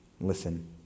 listen